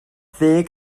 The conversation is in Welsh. ddeg